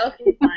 Okay